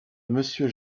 monsieur